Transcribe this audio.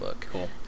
Cool